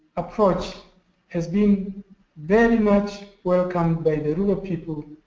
approach has been very much welcome by the rural ah people.